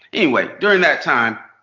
anyway, during that time,